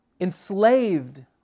enslaved